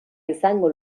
izango